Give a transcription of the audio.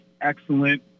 excellent